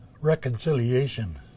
reconciliation